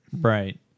right